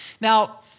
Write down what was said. Now